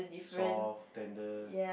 soft tender